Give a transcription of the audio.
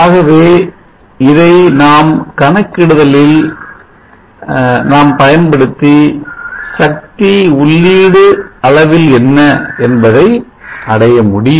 ஆகவே இதை நமது கணக்கிடுதலில் நாம் பயன்படுத்தி சக்தி உள்ளீடு அளவில் என்ன என்பதை அடைய முடியும்